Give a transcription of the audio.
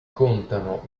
contano